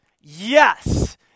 Yes